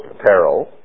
apparel